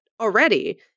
already